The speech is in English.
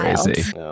crazy